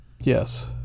Yes